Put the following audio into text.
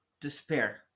despair